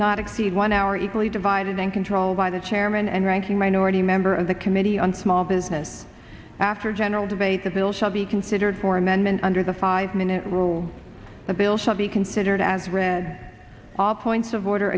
not exceed one hour equally divided and controlled by the chairman and ranking minority member of the committee on small business after general debate the bill shall be considered for amendment under the five minute rule the bill shall be considered as read all points of order